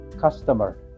customer